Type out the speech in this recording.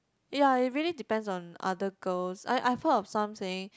ya it really depends on other girls I I heard of some saying